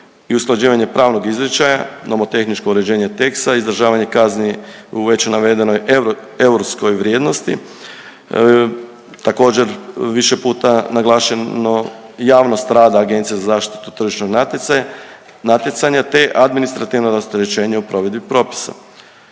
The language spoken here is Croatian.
i usklađivanje pravnog izričaja, nomotehničko uređenje teksa, izdržavanje kazni u već navedenoj europskoj vrijednosti, također, više puta naglašeno javnost rada Agencije za zaštitu tržišnog natjecanja te administrativno rasterećenje u provedbi propisa.